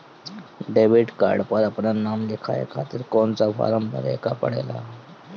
Debit card पर आपन नाम लिखाये खातिर कौन सा फारम भरे के पड़ेला?